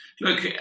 Look